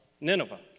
Nineveh